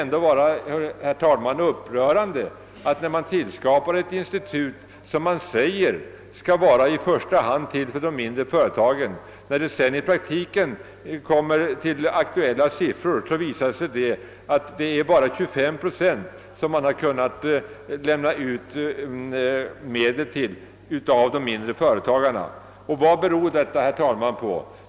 När det har tillkommit ett institut som i första hand skall vara till för de mindre företagen, är det ju upprörande att i praktiken bara 25 procent av institutets lån har gått till dem. Vad beror detta på?